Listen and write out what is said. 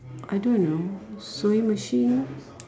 I don't know sewing machine